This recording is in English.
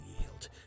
yield